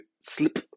slip